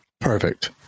Perfect